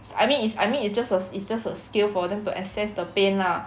I mean it's I mean it's just a it's just a scale for them to assess the pain lah